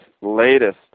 latest